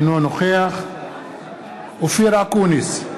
אינו נוכח אופיר אקוניס,